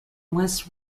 west